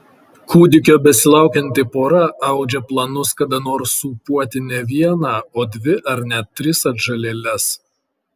kūdikio besilaukianti pora audžia planus kada nors sūpuoti ne vieną o dvi ar net tris atžalėles